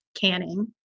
canning